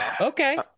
Okay